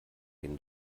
dem